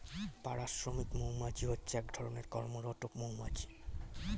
পাড়া শ্রমিক মৌমাছি হচ্ছে এক ধরণের কর্মরত মৌমাছি